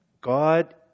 God